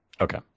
Okay